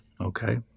okay